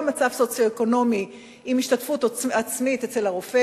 גם מצב סוציו-אקונומי עם השתתפות עצמית אצל הרופא